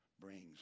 brings